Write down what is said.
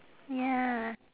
ya